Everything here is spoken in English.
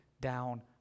down